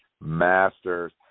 Masters